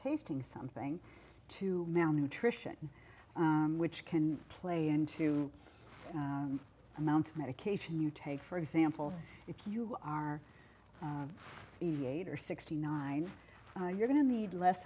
tasting something to malnutrition which can play into amounts of medication you take for example if you are evader sixty nine you're going to need less